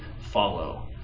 follow